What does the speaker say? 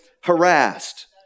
harassed